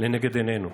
לנגד עינינו.